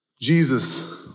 Jesus